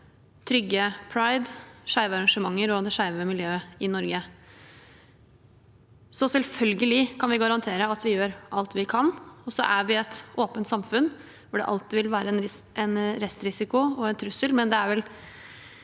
trygge pride, skeive arrangementer og det skeive miljøet i Norge. Selvfølgelig kan vi garantere at vi gjør alt vi kan. Og så er vi et åpent samfunn hvor det alltid vil være en restrisiko og en trussel. Dette er vel